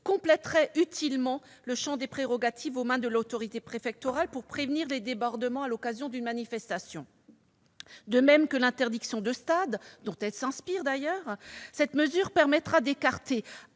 compléterait utilement le champ des prérogatives aux mains de l'autorité préfectorale pour prévenir les débordements à l'occasion d'une manifestation. De même que l'interdiction de stade, dont elle s'inspire d'ailleurs, cette mesure permettra d'écarter,